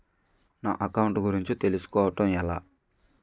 నా అకౌంట్ గురించి తెలుసు కోవడం ఎలా?